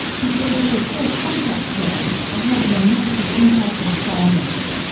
he says their poor contract terms are having a massive impact on farmers.